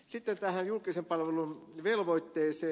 sitten tähän julkisen palvelun velvoitteeseen